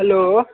hello